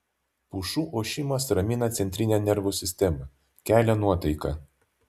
pušų ošimas ramina centrinę nervų sistemą kelia nuotaiką